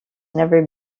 never